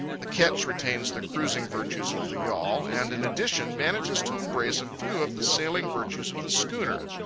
the ketch retains the cruising virtues of the yawl, and in addition manages to embrace a few of the sailing virtues of the schooner.